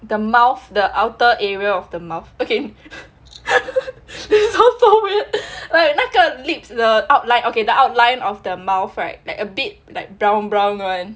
the mouth the outer area of the mouth okay sounds so weird like 那个 lips the outline okay the outline of the mouth right like a bit like brown brown [one]